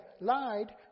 lied